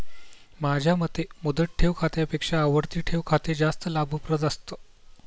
माझ्या मते मुदत ठेव खात्यापेक्षा आवर्ती ठेव खाते जास्त लाभप्रद असतं